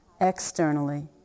externally